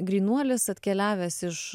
grynuolis atkeliavęs iš